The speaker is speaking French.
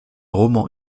roman